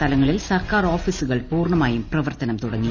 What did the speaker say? സ്ഥലങ്ങളിൽ സർക്കാർ ഒാഫീസുകൾ പൂർണ്ണമായും പ്രവർത്തനം തുടങ്ങി